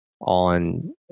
on